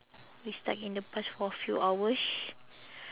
we stuck in the bus for few hours